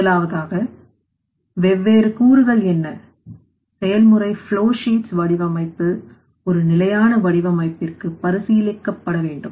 முதலாவதாக வெவ்வேறு கூறுகள் என்ன செயல்முறைப் flowsheets வடிவமைப்பு ஒரு நிலையான வடிவமைப்பிற்கு பரிசீலிக்கப்பட வேண்டும்